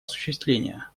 осуществления